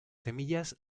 semillas